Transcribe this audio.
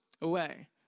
Away